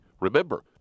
Remember